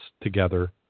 together